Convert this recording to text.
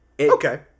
Okay